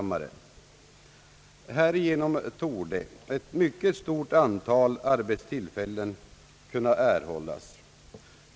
Härigenom torde ett mycket stort antal arbetstillfällen kunna erhållas.